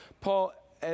Paul